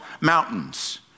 mountains